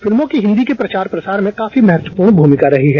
फिल्मों की हिन्दी के प्रचार प्रसार में काफी महत्वपूर्ण भूमिका रही है